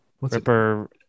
Ripper